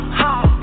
home